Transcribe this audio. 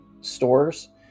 stores